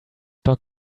doc